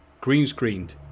green-screened